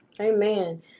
Amen